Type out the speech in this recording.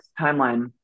timeline